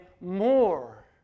more